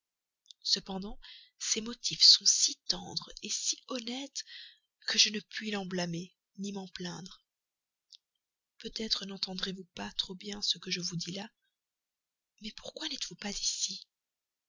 cependant ses motifs sont si tendres si honnêtes que je ne puis l'en blâmer ni m'en plaindre peut-être nentendrez vous pas trop bien ce que je vous dis là mais pourquoi n'êtes-vous pas ici